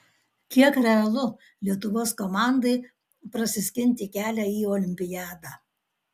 kiek realu lietuvos komandai prasiskinti kelią į olimpiadą